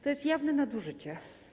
To jest jawne nadużycie.